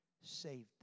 saved